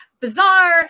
bizarre